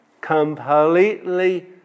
completely